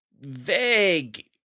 Vague